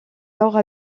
nord